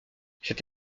cette